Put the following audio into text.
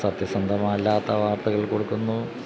സത്യസന്ധമല്ലാത്ത വാർത്തകൾ കൊടുക്കുന്നു